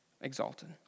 exalted